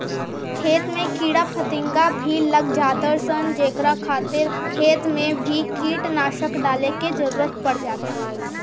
खेत में कीड़ा फतिंगा भी लाग जातार सन जेकरा खातिर खेत मे भी कीटनाशक डाले के जरुरत पड़ जाता